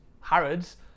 Harrods